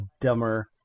dumber